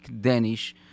Danish